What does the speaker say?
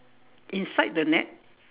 inside the net